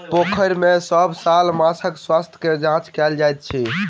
पोखैर में सभ साल माँछक स्वास्थ्य के जांच कएल जाइत अछि